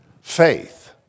faith